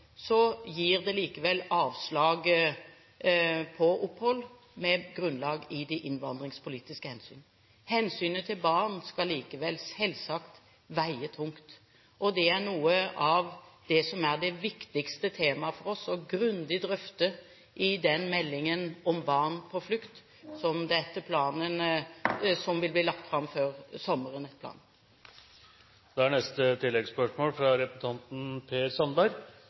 det likevel avslag på opphold med grunnlag i de innvandringspolitiske hensyn. Hensynet til barn skal likevel selvsagt veie tungt, og det er noe av det som er det viktigste temaet for oss å drøfte grundig i den meldingen om barn på flukt som etter planen vil bli lagt fram før sommeren. Per Sandberg – til oppfølgingsspørsmål. Innvandringspolitiske hensyn må gjelde, det er